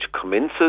commences